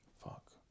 Fuck